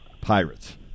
Pirates